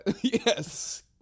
Yes